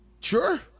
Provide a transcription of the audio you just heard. Sure